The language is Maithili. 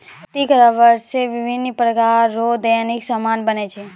प्राकृतिक रबर से बिभिन्य प्रकार रो दैनिक समान बनै छै